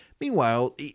Meanwhile